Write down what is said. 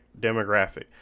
demographic